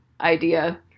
idea